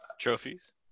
trophies